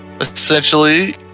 Essentially